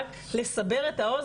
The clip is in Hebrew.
אני רק על מנת לסבר את האוזן,